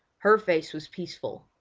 her face was peaceful,